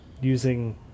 using